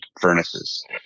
furnaces